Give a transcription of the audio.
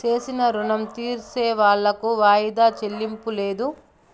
చేసిన రుణం తీర్సేవాళ్లకు వాయిదా చెల్లింపు లేదు